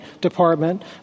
Department